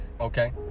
okay